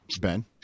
Ben